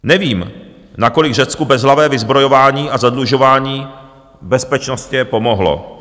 Nevím, nakolik v Řecku bezhlavé vyzbrojování a zadlužování bezpečnostně pomohlo.